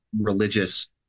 religious